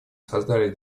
создали